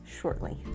shortly